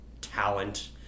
talent